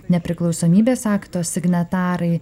nepriklausomybės akto signatarai